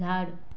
झाड